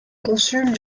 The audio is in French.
consul